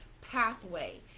pathway